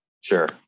Sure